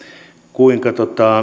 kuinka